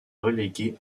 relégué